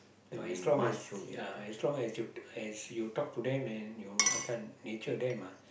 you know as long as ya as long as you as you talk to them and you uh this one nature them ah